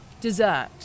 dessert